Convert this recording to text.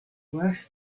worse